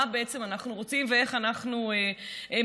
בעצם אנחנו רוצים ואיך אנחנו מקדמים.